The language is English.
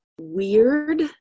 weird